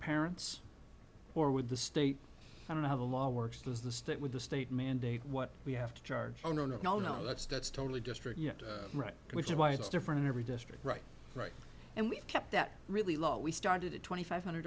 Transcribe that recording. parents or with the state and i have a law works does the state with the state mandate what we have to charge oh no no no no that's that's totally destroyed right which is why it's different in every district right right and we've kept that really low we started it twenty five hundred